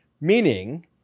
Meaning